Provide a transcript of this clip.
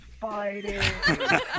fighting